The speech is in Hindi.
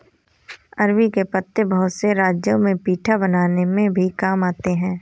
अरबी के पत्ते बहुत से राज्यों में पीठा बनाने में भी काम आते हैं